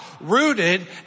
Rooted